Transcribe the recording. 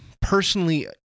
personally